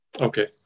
Okay